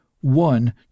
one